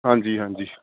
ਹਾਂਜੀ ਹਾਂਜੀ